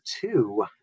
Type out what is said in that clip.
two